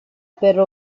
per